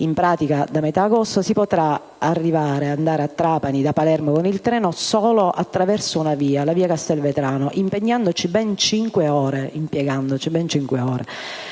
In pratica, da metà agosto si potrà andare a Trapani da Palermo con il treno solo attraverso via Castelvetrano, impiegandoci ben cinque ore.